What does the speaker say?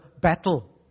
battle